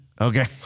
Okay